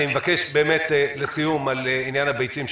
אני מבקש לסיום התייחסות לעניין הביצים,